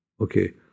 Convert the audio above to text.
okay